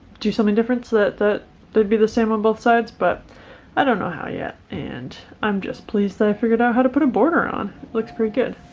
do something different so that that would be the same on both sides but i don't know how yet and i'm just pleased i figured out how to put a border on it looks pretty good